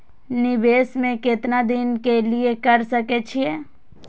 निवेश में केतना दिन के लिए कर सके छीय?